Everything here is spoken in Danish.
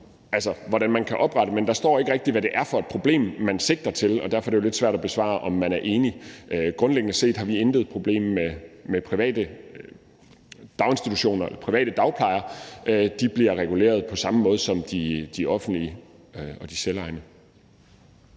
hvordan man kan oprette dem – der står ikke rigtig, hvad det er for et problem, man sigter til, og derfor er det jo lidt svært at svare, om man er enig – men grundliggende set har vi intet problem med private daginstitutioner og private dagplejer, for de bliver reguleret på samme måde som de offentlige og de selvejende.